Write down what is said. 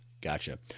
Gotcha